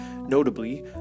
Notably